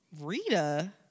Rita